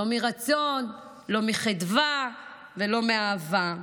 לא מרצון, לא מחדווה ולא מאהבה.